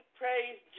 praise